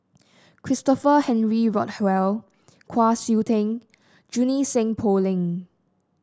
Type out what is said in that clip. Christopher Henry Rothwell Kwa Siew Tee Junie Sng Poh Leng